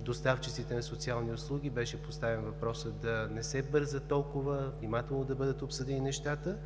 доставчиците на социални услуги беше поставен въпросът да не се бърза толкова, внимателно да бъдат обсъдени нещата